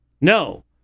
No